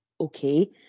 okay